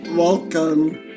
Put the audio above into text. Welcome